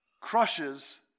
crushes